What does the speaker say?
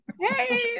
hey